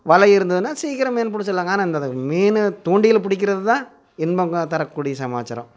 வலை இருந்ததுன்னா சீக்கிரம் மீன் பிடிச்சிர்லாங்க ஆனால் மீன் தூண்டில் பிடிக்கிறது தான் இன்பங்க தரக்கூடிய சமாச்சாரம்